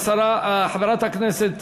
חברת הכנסת